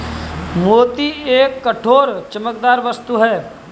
मोती एक कठोर, चमकदार वस्तु है